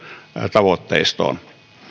tavoitteistoon